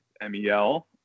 M-E-L